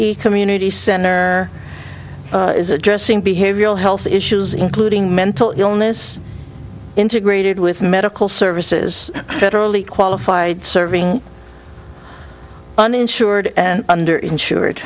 learn community center is addressing behavioral health issues including mental illness integrated with medical services federally qualified serving uninsured and under insured